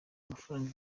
amafaranga